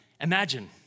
Imagine